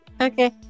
Okay